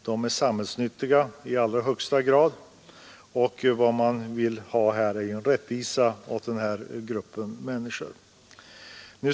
De är samhällsnyttiga, och vi vill skapa rättvisa åt denna grupp människor.